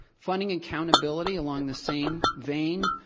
funding accountability along the same vein,